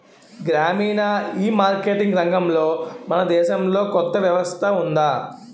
గ్రామీణ ఈమార్కెటింగ్ రంగంలో మన దేశంలో కొత్త వ్యవస్థ ఉందా?